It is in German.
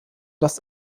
los